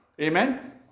Amen